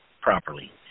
properly